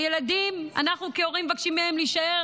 הילדים, אנחנו כהורים מבקשים מהם להישאר